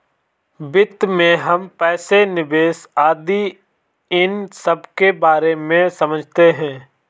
वित्त में हम पैसे, निवेश आदि इन सबके बारे में समझते हैं